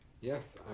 Yes